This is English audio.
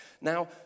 Now